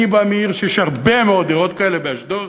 אני בא מעיר שיש בה הרבה מאוד דירות כאלה, באשדוד,